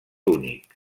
únic